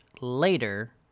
later